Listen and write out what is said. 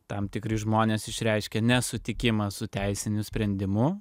tam tikri žmonės išreiškia nesutikimą su teisiniu sprendimu